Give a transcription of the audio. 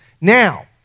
Now